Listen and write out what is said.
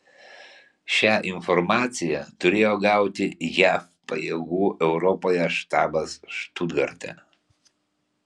šią informaciją turėjo gauti jav pajėgų europoje štabas štutgarte